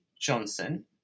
Johnson